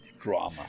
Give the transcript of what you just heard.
drama